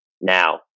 now